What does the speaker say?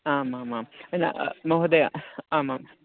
आमामां न महोदय आमां